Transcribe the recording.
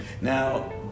Now